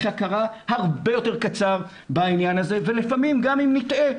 הכרה הרבה יותר קצר ולפעמים גם אם נטעה,